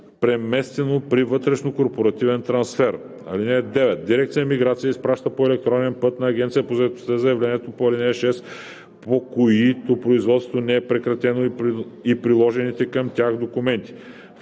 преместено при вътрешнокорпоративен трансфер. (9) Дирекция „Миграция“ изпраща по електронен път на Агенцията по заетостта заявленията по ал. 6, по които производството не е прекратено, и приложените към тях документи,